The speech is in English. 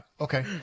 Okay